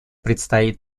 предстоит